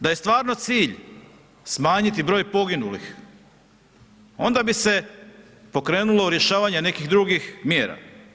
Da je stvarno cilj smanjiti broj poginulih, onda bi se pokrenulo rješavanje nekih drugih mjera.